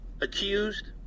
accused